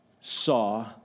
saw